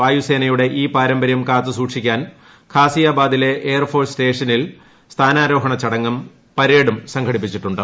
വായുസേനയുടെ ഈ പാരമ്പരൃം കാത്തുസൂക്ഷിക്കാൻ ഖാസ്യാബാദിലെ എയർഫോഴ്സ് സ്റ്റേഷനിൽ സ്ഥാനാരോഹണ ചടങ്ങ്ട്ട് പ്പ്രേഡും സംഘടിപ്പിച്ചിട്ടുണ്ട്